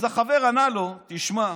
אז החבר ענה לו: תשמע,